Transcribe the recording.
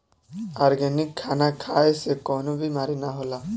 organic खाना खाए से कवनो बीमारी ना होला